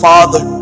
Father